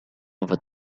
over